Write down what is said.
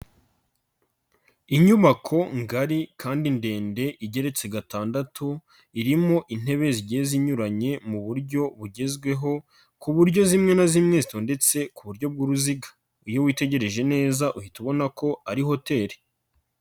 Inyubako ngari kandi ndende igeretse gatandatu, irimo intebe zigiye zinyuranye mu buryo bugezweho, ku buryo zimwe na zimwe zitondetse ku buryo bw'uruziga, iyo witegereje neza uhita ubona ko ari hoteli.